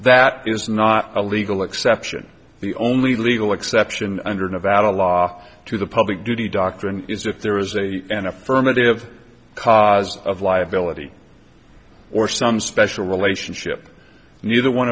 that is not a legal exception the only legal exception under nevada law to the public duty doctrine is if there is a an affirmative cause of liability or some special relationship neither one